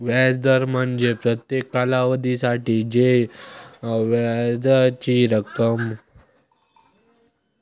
व्याज दर म्हणजे प्रत्येक कालावधीसाठी देय व्याजाची रक्कम